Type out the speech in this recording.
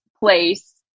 place